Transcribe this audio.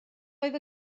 oedd